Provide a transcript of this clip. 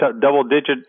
double-digit